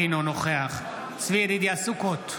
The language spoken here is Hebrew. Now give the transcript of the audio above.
אינו נוכח צבי ידידיה סוכות,